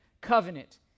covenant